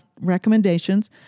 recommendations